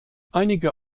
einige